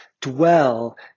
dwell